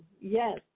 Yes